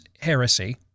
heresy